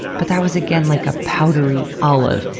but that was, again, like a powdery olive.